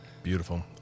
Beautiful